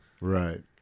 Right